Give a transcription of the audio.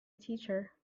teacher